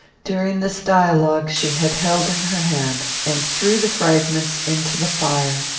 during this dialogue, she had held in her hand, and threw the fragments into the fire.